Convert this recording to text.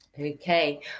Okay